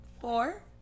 four